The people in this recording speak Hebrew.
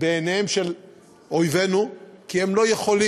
בעיניהם של אויבינו, כי הם לא יכולים